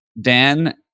Dan